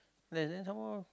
less then some more